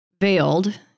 veiled